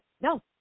No